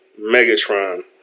Megatron